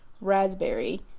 raspberry